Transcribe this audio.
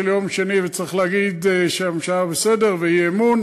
יום שני וצריך להגיד שהממשלה לא בסדר ואי-אמון,